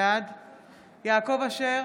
בעד יעקב אשר,